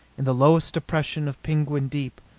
in the lowest depression of penguin deep,